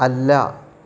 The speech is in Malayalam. അല്ല